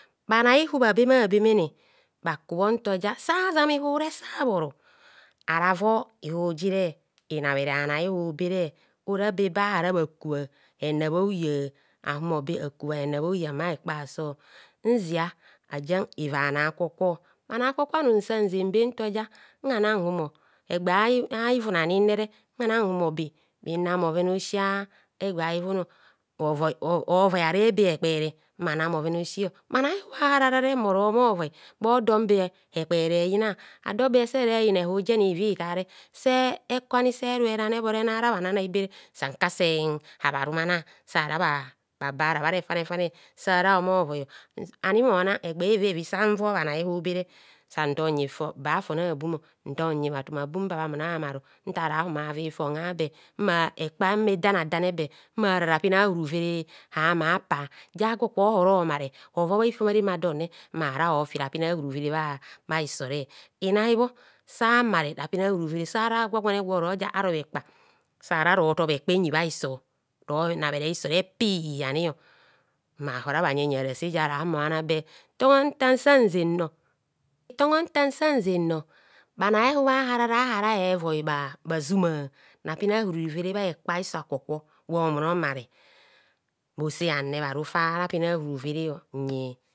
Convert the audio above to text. Bhanai ihub abemabe mene makubho ntoja sa zamaa ihure sa bhoro ara vob ihu jire inabhere bhai ihubere ora be ba hara bhe kua hens bhe a’uya ahumo be akuwa hena bhe a’ya bha hekpa ado. Nzia ava bhanai a’kwo bhanai akwo anum san zen be ntoja nhana nhumo be nron bhoven a’osi egba hivun ovoi are be hekpere mma nam bhoven a’osi. Bhanai hubha harara re mmora homovoi bhodom be he kpere eyina adobe sere yina ihub jen iva itar se kor ani eruere enara bhanai bere san kaden habha rumana sara bha bara bharefa nefane sara omovoi ani mona egba evi evi san vo bhanai hube re san tom nyi fon ba fon a’bum tom nyi bhatuma bum ba bhamuna maro ntara va bhavi fon a’be ekpa mme dane dane be mmara rapin a huru vere ama pa ntaa kwokwo oro mare hovob a’ifam a’don mmo rofi rapin a’huru vere. Inai bho sa mare rapin awuruwere so ja ara gwa gware gwo roja aro ekpa sara rotor ekps enyi bha hiso ronabhere hido re pi anio mma hara bha nye yia rase ja ra bha humor bhanambe. Tongho ntansan zeunor tongho ntan san zennor bhanaihub aharara ahara bhevoi bha bhaxuma rapin ahuru vere bha hekpa iso a’kwokwo gwo muno mare. bhose hanne bharu fara pin a’huru vere nyi